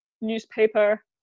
newspaper